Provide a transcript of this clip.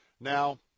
Now